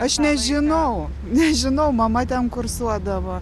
aš nežinau nežinau mama ten kursuodavo